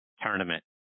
tournament